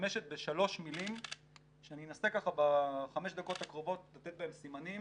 משתמשת בשלוש מילים שאני אנסה בחמש הדקות הקרובות לתת בהם סימנים,